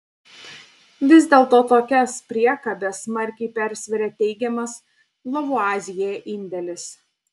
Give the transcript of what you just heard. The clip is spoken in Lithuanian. vis dėlto tokias priekabes smarkiai persveria teigiamas lavuazjė indėlis